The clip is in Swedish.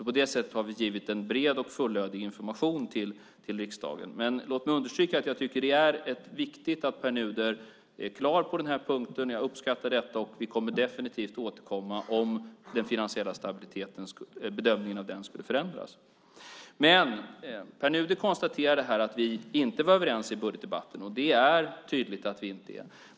På det sättet har vi givit en bred och fullödig information till riksdagen. Men låt mig understryka att jag tycker att det är viktigt att Pär Nuder är klar på denna punkt, vilket jag uppskattar. Och vi kommer definitivt att återkomma om bedömningen av den finansiella stabiliteten skulle förändras. Men Pär Nuder konstaterade här att vi inte var överens i budgetdebatten, och det är tydligt att vi inte är.